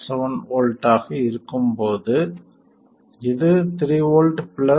17 V ஆக இருக்கும் போது இது 3 V 0